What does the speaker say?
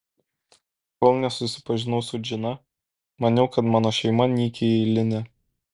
kol nesusipažinau su džina maniau kad mano šeima nykiai eilinė